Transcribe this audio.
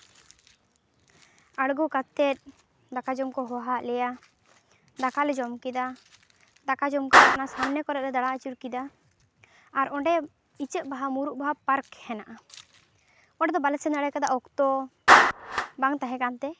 ᱟᱬᱜᱚ ᱠᱟᱛᱮ ᱫᱟᱠᱟ ᱡᱚᱢ ᱠᱚ ᱦᱚᱦᱚᱣᱟᱫ ᱞᱮᱭᱟ ᱫᱟᱠᱟ ᱞᱮ ᱡᱚᱢ ᱠᱮᱫᱟ ᱫᱟᱠᱟ ᱡᱚᱢ ᱠᱟᱛᱮ ᱚᱱᱟ ᱥᱟᱢᱱᱮ ᱠᱚᱨᱮᱞᱮ ᱫᱟᱬᱟ ᱟᱹᱪᱩᱨ ᱠᱮᱫᱟ ᱟᱨ ᱚᱸᱰᱮ ᱤᱪᱟᱹᱜ ᱵᱟᱦᱟ ᱢᱩᱨᱩᱫ ᱵᱟᱦᱟ ᱯᱟᱨᱠ ᱦᱮᱱᱟᱜᱼᱟ ᱚᱸᱰᱮ ᱫᱚ ᱵᱟᱞᱮ ᱥᱮᱱ ᱫᱟᱲᱮ ᱠᱟᱣᱫᱟ ᱚᱠᱛᱚ ᱵᱟᱝ ᱛᱟᱦᱮᱸ ᱠᱟᱱᱛᱮ